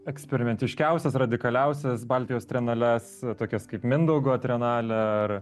eksperimentiškiausias radikaliausias baltijos trianales tokias kaip mindaugo trienalę ar